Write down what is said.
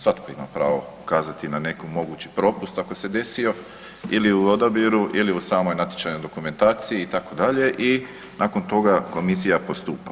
Svatko ima pravo ukazati na neki mogući propust ako se desio ili u odabiru ili u samoj natječajnoj dokumentaciji itd. i nakon toga komisija postupa.